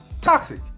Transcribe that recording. toxic